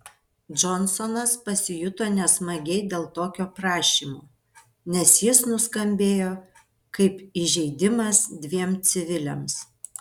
džonsonas pasijuto nesmagiai dėl tokio prašymo nes jis nuskambėjo kaip įžeidimas dviem civiliams